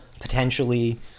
potentially